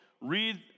read